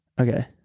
Okay